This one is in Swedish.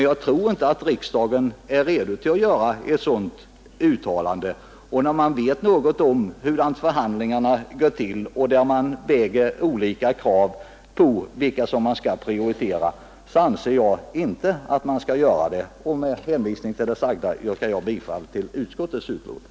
Jag tror emellertid inte att riksdagen är redo att göra ett sådant uttalande. Med kännedom om hur det går till när man vid förhandlingarna bedömer vilka krav som skall prioriteras anser jag att man inte skall göra detta. Med hänvisning till vad jag nu sagt ber jag att få yrka bifall till utskottets förslag.